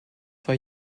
for